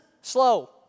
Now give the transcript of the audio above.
slow